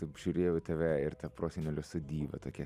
apžiūrėjau į tave ir tą prosenelio sodybą tokia